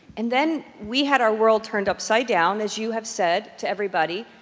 and then we had our world turned upside down, as you have said to everybody,